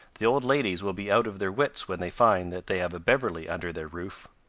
the old ladies will be out of their wits when they find that they have a beverley under their roof.